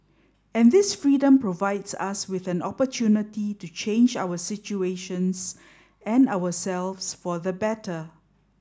and this freedom provides us with an opportunity to change our situations and ourselves for the better